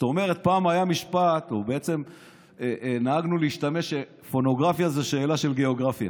פעם היה משפט שנהגנו להשתמש בו: פורנוגרפיה זה עניין של גיאוגרפיה,